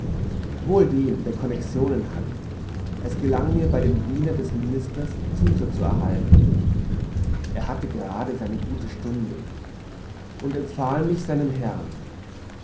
wohl dem der konnexionen hat es gelang mir bei dem diener des ministers zutritt zu erhalten er hatte grade seine gute stunde und empfahl mich seinem herrn